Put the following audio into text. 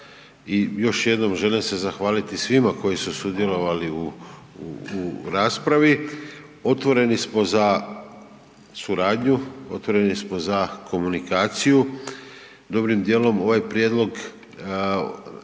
i još jednom želim se zahvaliti svima koji su sudjelovali u raspravi, otvoreni smo za suradnju, otvoreni smo za komunikaciju. Dobrim djelom ovaj prijedlog